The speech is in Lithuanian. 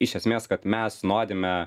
iš esmės kad mes norime